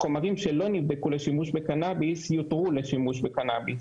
שחומרים שלא נבדקו לשימוש בקנאביס יותרו לשימוש בקנאביס.